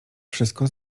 wszystko